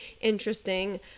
interesting